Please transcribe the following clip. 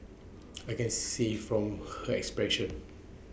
I can see from her expressions